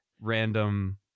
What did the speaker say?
random